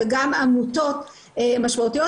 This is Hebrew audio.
וגם עמותות משמעותיות,